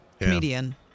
comedian